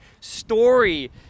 story